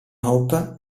hope